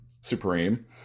supreme